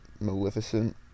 Maleficent